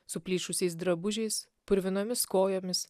suplyšusiais drabužiais purvinomis kojomis